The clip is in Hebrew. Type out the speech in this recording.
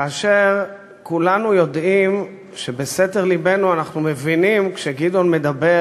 כאשר כולנו יודעים שבסתר לבנו אנחנו מבינים כשגדעון מדבר